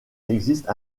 existe